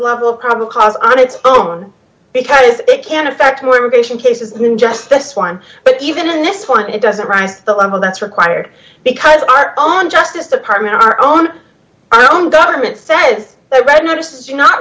level of probable cause on its own because it can affect more immigration cases than just this one but even in this one it doesn't rise to the level that's required because our own justice department our own our own government said nobody notices you not